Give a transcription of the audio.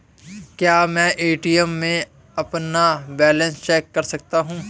क्या मैं ए.टी.एम में अपना बैलेंस चेक कर सकता हूँ?